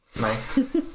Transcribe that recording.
Nice